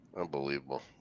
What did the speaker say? Unbelievable